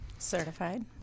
certified